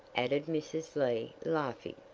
added mrs. lee, laughing.